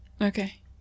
Okay